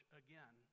again